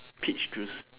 peach juice